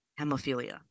hemophilia